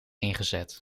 ingezet